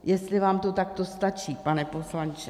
Jestli vám to takto stačí, pane poslanče?